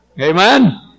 Amen